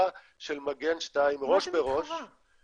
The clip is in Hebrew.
של מגן 2 ראש בראש --- מה זה מתחרה?